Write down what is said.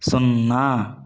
సున్నా